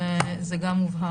זה גם הובהר.